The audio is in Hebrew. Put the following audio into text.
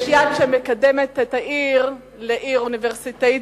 יש יד שמקדמת את העיר לעיר אוניברסיטאית,